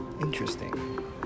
Interesting